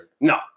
No